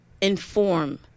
inform